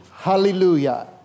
Hallelujah